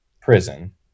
prison